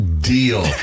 Deal